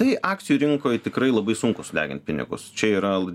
tai akcijų rinkoj tikrai labai sunku sudegint pinigus čia yra